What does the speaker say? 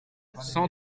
cent